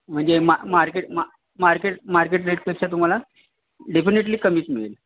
म्हणजे मा मार्केट मा मार्केट मार्केट रेटपेक्षा तुम्हाला डेफेनेटली कमीच मिळेल